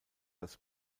das